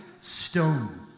stone